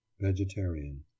Vegetarian